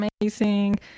amazing